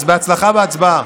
אז בהצלחה בהצבעה.